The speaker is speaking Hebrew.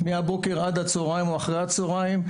מהבוקר עד הצהריים או אחרי הצהריים.